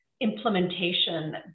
implementation